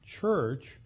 church